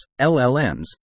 LLMs